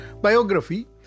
biography